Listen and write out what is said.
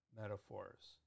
metaphors